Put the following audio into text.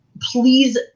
Please